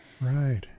right